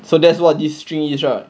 so that's what this string is ah